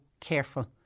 careful